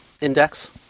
index